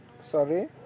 Sorry